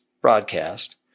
broadcast